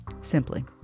simply